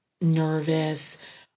nervous